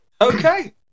Okay